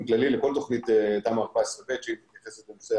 כללי לכל תכנית תמ"א --- מתייחסת לנושא